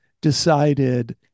decided